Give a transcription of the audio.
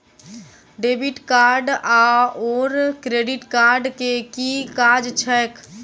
Debit card आओर credit card केँ की काज छैक?